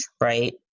right